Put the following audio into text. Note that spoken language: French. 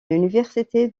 l’université